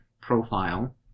profile